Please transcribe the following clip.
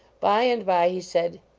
by and by he said